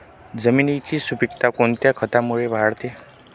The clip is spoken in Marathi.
जमिनीची सुपिकता कोणत्या खतामुळे वाढते?